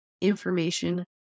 information